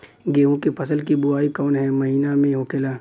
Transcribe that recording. गेहूँ के फसल की बुवाई कौन हैं महीना में होखेला?